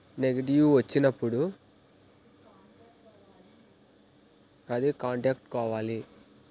negative వచ్చినప్పుడు అది contact కావాలి